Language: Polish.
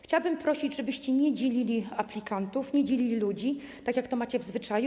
Chciałabym prosić, żebyście nie dzielili aplikantów, nie dzielili ludzi, tak jak to macie w zwyczaju.